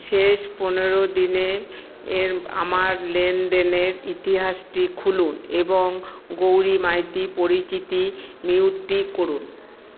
শেষ পনেরো দিনে এর আমার লেনদেনের ইতিহাসটি খুলুন এবং গৌরী মাইতি পরিচিতি মিউট করুন